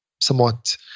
somewhat